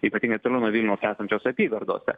ypatingai nuo vilniaus esančiose apygardose